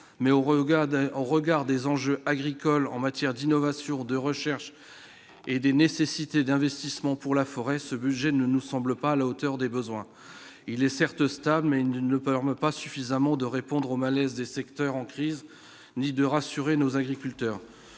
d'un au regard des enjeux agricoles en matière d'innovation, de recherche et des nécessités d'investissement pour la forêt, ce budget ne nous semble pas à la hauteur des besoins il est certes stable mais une ne peur mais pas suffisamment de répondre au malaise des secteurs en crise ni de rassurer nos agriculteurs,